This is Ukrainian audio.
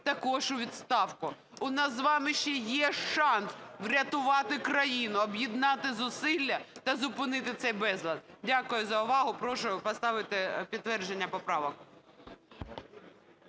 також у відставку. У нас з вами ще є шанс врятувати країну, об'єднати зусилля та зупинити цей безлад. Дякую за увагу. Прошу поставити підтвердження поправок.